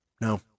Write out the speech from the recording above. No